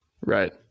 Right